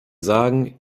sagen